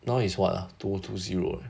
now is what ah two O two zero right